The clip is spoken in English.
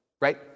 right